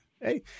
Hey